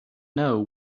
know